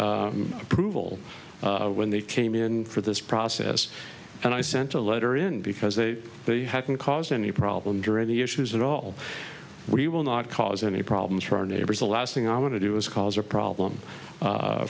get approval when they came in for this process and i sent a letter in because they haven't caused any problem during the issues at all we will not cause any problems for our neighbors the last thing i want to do is cause a problem